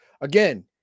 Again